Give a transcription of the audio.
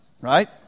Right